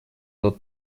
тот